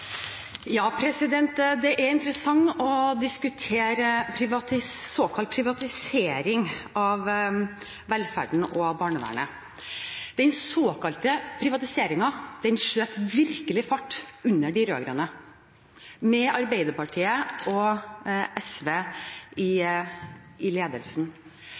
Det er interessant å diskutere såkalt privatisering av velferden og av barnevernet. Den såkalte privatiseringen skjøt virkelig fart under de rød-grønne – med Arbeiderpartiet og SV i